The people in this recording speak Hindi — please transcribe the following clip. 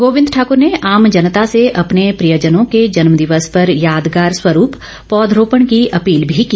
गोविंद ठाकर ने आम जनता से अपने प्रियजनों के जन्म दिवस पर यादगार स्वरूप पौध रोपण की अपील भी की